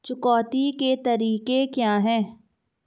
चुकौती के तरीके क्या हैं?